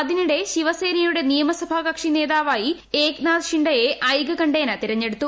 അതിനിടെ ശിവസേനയുടെ നിയമസഭാകക്ഷി നേതാവായി ഏക്നാഥ് ഷിൻഡെയെ ഐകകണ്ഠേന തെരഞ്ഞെടുത്തു